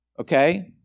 Okay